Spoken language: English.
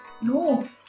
No